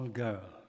girl